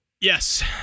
Yes